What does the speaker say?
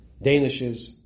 Danishes